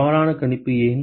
தவறான கணிப்பு ஏன்